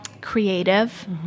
creative